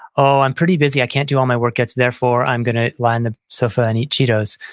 oh, i'm pretty busy. i can't do all my workouts. therefore, i'm going to lie on the sofa and eat cheetos.